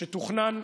שתוכנן,